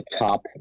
top